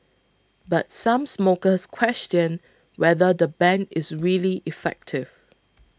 but some smokers question whether the ban is really effective